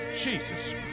Jesus